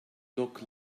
look